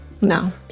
no